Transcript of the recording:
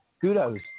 kudos